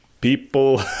People